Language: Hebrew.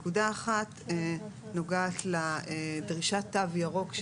נקודה אחת נוגעת לדרישת תו ירוק.